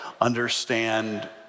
understand